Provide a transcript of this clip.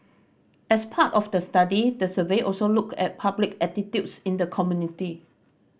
as part of the study the survey also looked at public attitudes in the community